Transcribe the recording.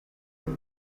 with